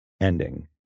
ending